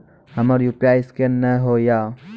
हमर UPI scan नेय हो या?